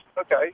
okay